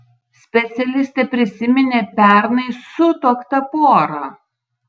specialistė prisiminė pernai sutuoktą porą